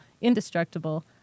indestructible